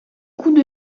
coups